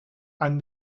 han